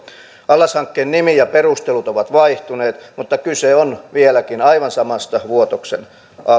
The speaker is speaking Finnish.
allashankkeen nimi ja perustelut ovat vaihtuneet mutta kyse on vieläkin aivan samasta vuotoksen altaasta